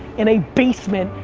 in a basement,